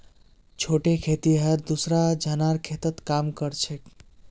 छोटे खेतिहर दूसरा झनार खेतत काम कर छेक